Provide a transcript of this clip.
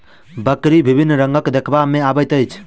बकरी विभिन्न रंगक देखबा मे अबैत अछि